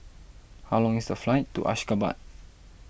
how long is the flight to Ashgabat